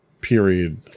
period